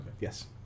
Yes